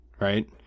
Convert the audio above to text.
Right